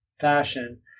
fashion